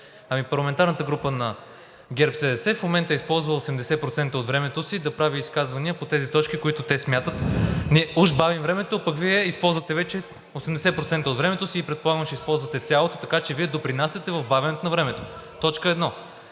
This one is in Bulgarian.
Парламентарната група на ГЕРБ-СДС в момента използва 80% от времето си да прави изказвания по тези точки, които те смятат – уж бавим времето, а пък Вие използвате вече 80% от времето си, предполагам, че ще използвате и цялото, така че Вие допринасяте в бавенето на времето. Точка едно.